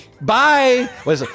Bye